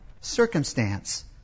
circumstance